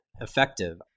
effective